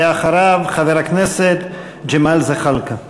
אחריו, חבר הכנסת ג'מאל זחאלקה.